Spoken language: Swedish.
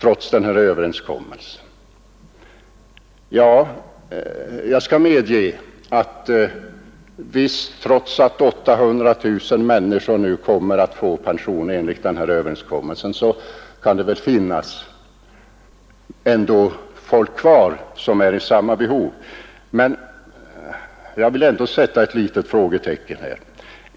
Jag skall gärna medge att även om 800 000 människor nu kommer att få pension enligt den här överenskommelsen kan det finnas andra människor som har samma behov därav. Ändå vill jag sätta ett litet frågetecken.